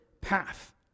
path